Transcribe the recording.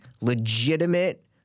legitimate